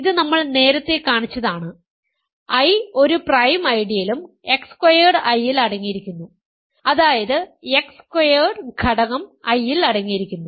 ഇത് നമ്മൾ നേരത്തെ കാണിച്ചതാണ് I ഒരു പ്രൈം ഐഡിയലും X സ്ക്വയേർഡ് I യിൽ അടങ്ങിയിരിക്കുന്നു അതായത് X സ്ക്വയേർഡ് ഘടകം I യിൽ അടങ്ങിയിരിക്കുന്നു